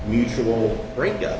mutual break u